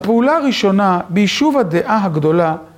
פעולה ראשונה ביישוב הדעה הגדולה